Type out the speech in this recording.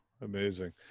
amazing